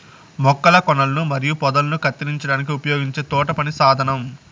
మొక్కల కొనలను మరియు పొదలను కత్తిరించడానికి ఉపయోగించే తోటపని సాధనం